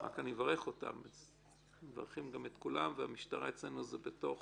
אנחנו מברכים גם את כולם, והמשטרה אצלנו זה בתוך